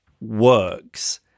works